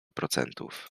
procentów